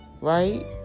right